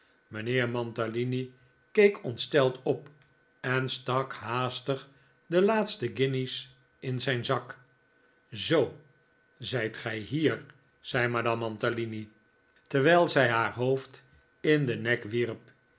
mijnheer mantalini keek ontsteld op en stak haastig de laatste guinjes in zijn zak zoo zijt gij hier zei madame mantalini terwijl zij haar hoofd in den nek wierp